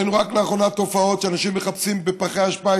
ראינו רק לאחרונה תופעות שאנשים מחפשים בפחי אשפה